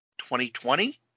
2020